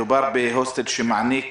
מדובר בהוסטל שמעניק